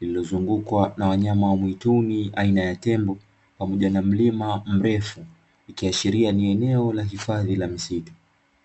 lililozungukwa na wanyama wa mwituni aina ya tembo pamoja na mlima mrefu, ikiashiria ni eneo la hifadhi ya misitu.